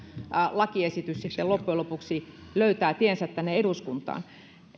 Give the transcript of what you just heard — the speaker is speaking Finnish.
lakiesitys sitten loppujen lopuksi löytää tiensä tänne eduskuntaan